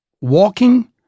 walking